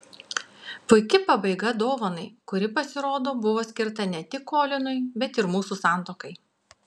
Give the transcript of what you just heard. puiki pabaiga dovanai kuri pasirodo buvo skirta ne tik kolinui bet ir mūsų santuokai